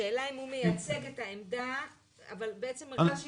כן אברהם, אנחנו נשמע אותך אבל אם אפשר בקיצור.